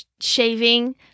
shaving